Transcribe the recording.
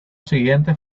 siguiente